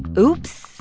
oops.